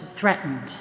threatened